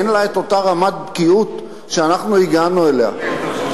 אין לה אותה רמת בקיאות שאנחנו הגענו אליה.